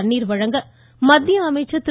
தண்ணீர் வழங்க மத்திய அமைச்சர் திரு